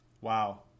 Wow